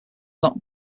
not